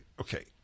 Okay